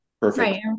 perfect